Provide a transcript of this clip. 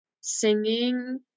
singing